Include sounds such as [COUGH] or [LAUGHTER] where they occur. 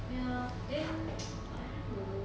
ya then [NOISE] I don't know